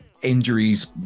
injuries